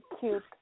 cute